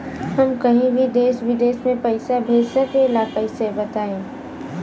हम कहीं भी देश विदेश में पैसा भेज सकीला कईसे बताई?